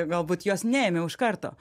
galbūt jos neėmiau iš karto